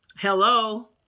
hello